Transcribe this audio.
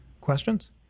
questions